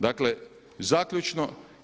Dakle, zaključno.